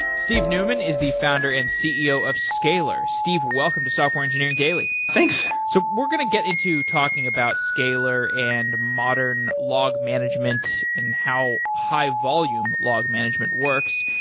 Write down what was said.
steve newman is the founder and eeo of scalyr. steve, welcome to software engineering daily thanks. so we're going to get into talking about scalyr and modern log management and how high-volume log management works.